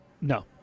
No